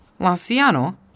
Lanciano